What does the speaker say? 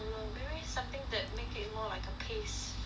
something that make it more like a paste texture